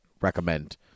Recommend